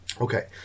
Okay